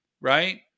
Right